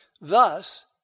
Thus